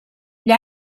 gli